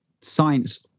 science